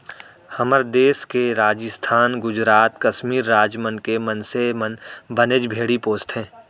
हमर देस के राजिस्थान, गुजरात, कस्मीर राज मन के मनसे मन बनेच भेड़ी पोसथें